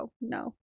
no